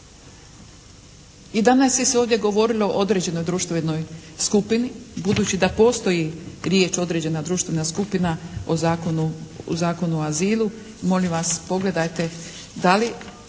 I danas se ovdje govorilo o određenoj društvenoj skupini budući da postoji riječ određena društvena skupina po zakonu, u Zakonu o azilu molim vas pogledajte